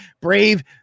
brave